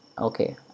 okay